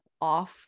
off